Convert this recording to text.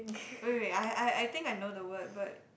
wait wait wait I I I think I know the word but